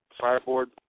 fireboard